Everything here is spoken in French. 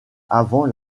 avant